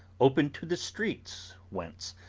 open to the street, whence,